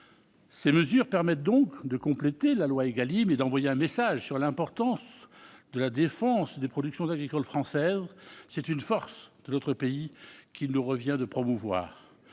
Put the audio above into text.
Ces mesures permettent donc de compléter la loi Égalim et d'envoyer un message sur l'importance de la défense des productions agricoles françaises. C'est une force de notre pays qu'il nous revient de promouvoir.